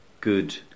good